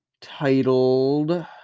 titled